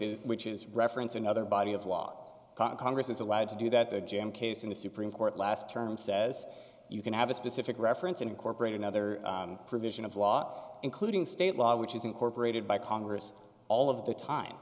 it which is reference another body of law congress is allowed to do that the g m case in the supremes court last term says you can have a specific reference and incorporate another provision of law including state law which is incorporated by congress all of the time